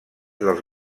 dels